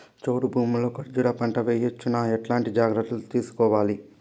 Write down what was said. చౌడు భూముల్లో కర్బూజ పంట వేయవచ్చు నా? ఎట్లాంటి జాగ్రత్తలు తీసుకోవాలి?